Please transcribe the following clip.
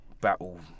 battle